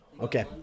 Okay